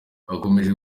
akomeje